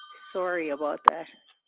sorry about that.